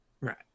Right